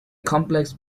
complex